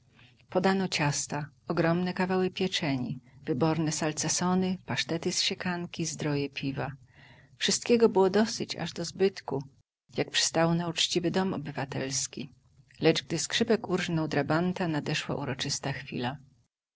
podano ciasta ogromne kawały pieczeni wyborne salcesony pasztety z siekanki zdroje piwa wszystkiego było dosyć aż do zbytku jak przystało na uczciwy dom obywatelski lecz gdy skrzypek urżnął drabanta nadeszła uroczysta chwila